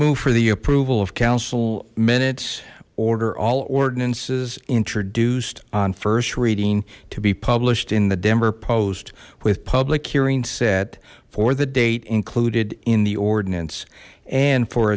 move for the approval of council minutes order all ordinances introduced on first reading to be published in the denver post with public hearing set for the date included in the ordinance and for